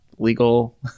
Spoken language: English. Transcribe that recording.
legal